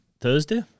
Thursday